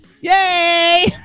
yay